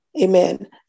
Amen